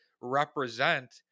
represent